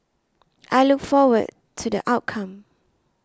I look forward to the outcome